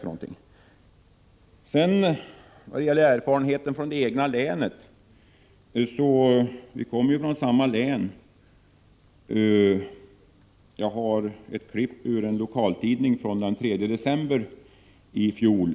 Martin Segerstedt och jag kommer ju från samma län, och vad gäller erfarenheterna från det egna länet så kan jag nämna att jag här i min hand har ett klipp ur en lokaltidning från den 3 december i fjol.